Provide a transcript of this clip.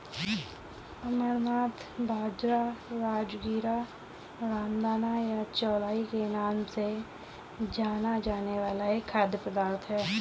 अमरनाथ बाजरा, राजगीरा, रामदाना या चौलाई के नाम से जाना जाने वाला एक खाद्य पदार्थ है